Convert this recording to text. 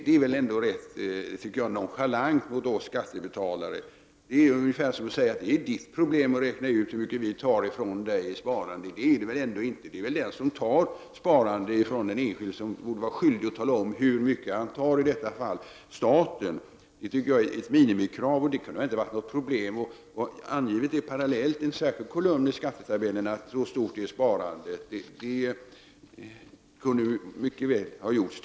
Men jag tycker att det är ganska nonchalant mot oss skattebetalare. Det är ungefär som att säga att det är den skattskyldiges problem att räkna ut hur mycket staten tar från den skattskyldige. Men det är väl inte den skattskyldiges problem, utan det är väl den som tar detta sparbelopp från den enskilde som borde vara skyldig att tala om hur mycket han — i detta fall staten — tar? Det tycker jag är ett minimikrav. Och det hade väl inte varit något problem att parallellt i en särskild kolumn i skattetabellerna ange hur stort sparandet är. Det tycker jag mycket väl kunde ha gjorts.